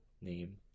name